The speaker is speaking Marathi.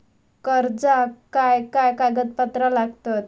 कर्जाक काय काय कागदपत्रा लागतत?